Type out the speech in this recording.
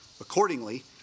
Accordingly